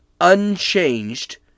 unchanged